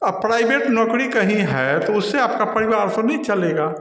private नौकरी कहीं है तो उससे आपका परिवार सीमित चलेगा